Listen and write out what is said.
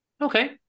okay